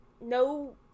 no